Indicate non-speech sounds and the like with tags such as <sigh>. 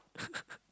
<laughs>